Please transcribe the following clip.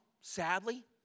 sadly